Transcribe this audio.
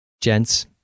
Gents